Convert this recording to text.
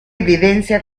evidencia